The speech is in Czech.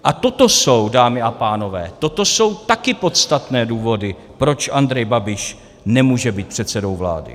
A toto jsou, dámy a pánové, toto jsou taky podstatné důvody, proč Andrej Babiš nemůže být předsedou vlády.